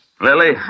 Lily